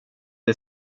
det